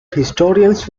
historians